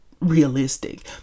realistic